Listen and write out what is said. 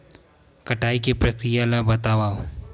कटाई के प्रक्रिया ला बतावव?